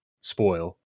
spoil